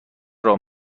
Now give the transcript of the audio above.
راه